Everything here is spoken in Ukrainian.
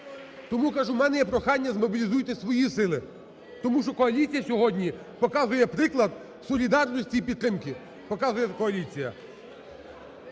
Тому кажу, у мене прохання, змобілізуйте свої сили, тому що коаліція сьогодні показує приклад солідарності і підтримки, показує коаліція.